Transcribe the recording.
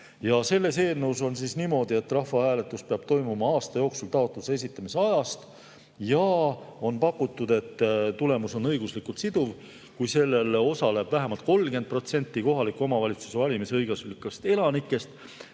Selles eelnõus on niimoodi, et rahvahääletus peab toimuma aasta jooksul taotluse esitamise ajast, ja on pakutud, et tulemus on õiguslikult siduv, kui [rahvahääletusel] osaleb vähemalt 30% kohaliku omavalitsuse valimisõiguslikest elanikest.